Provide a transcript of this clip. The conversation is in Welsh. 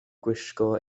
gwisgo